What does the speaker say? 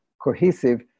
cohesive